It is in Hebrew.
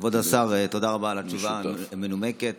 כבוד השר, תודה על התשובה המנומקת.